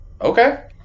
Okay